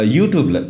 YouTube